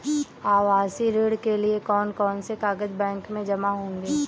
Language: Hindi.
आवासीय ऋण के लिए कौन कौन से कागज बैंक में जमा होंगे?